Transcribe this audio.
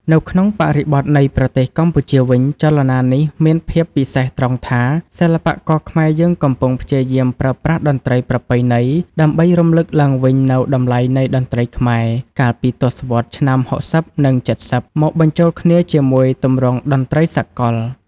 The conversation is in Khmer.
នៅក្នុងបរិបទនៃប្រទេសកម្ពុជាវិញ ចលនានេះមានភាពពិសេសត្រង់ថា សិល្បករខ្មែរយើងកំពុងព្យាយាមប្រើប្រាស់តន្ត្រីប្រពៃណី ដើម្បីរំលឹកឡើងវិញនូវតម្លៃនៃតន្ត្រីខ្មែរ កាលពីទសវត្សរ៍ឆ្នាំ ៦០ និង ៧០ មកបញ្ចូលគ្នាជាមួយទម្រង់តន្ត្រីសកល។